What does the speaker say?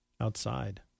outside